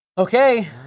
Okay